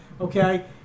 okay